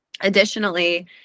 Additionally